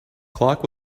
clark